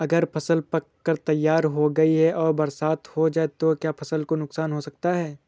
अगर फसल पक कर तैयार हो गई है और बरसात हो जाए तो क्या फसल को नुकसान हो सकता है?